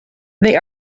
they